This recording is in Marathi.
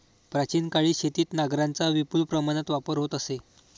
प्राचीन काळी शेतीत नांगरांचा विपुल प्रमाणात वापर होत असे